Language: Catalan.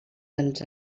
dels